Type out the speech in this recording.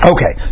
Okay